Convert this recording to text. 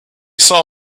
saw